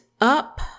up